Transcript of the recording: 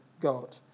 God